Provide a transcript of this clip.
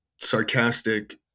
sarcastic